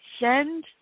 Send